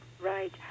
Right